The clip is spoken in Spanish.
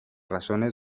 razones